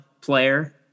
player